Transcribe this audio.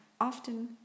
often